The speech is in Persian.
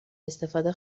استفاده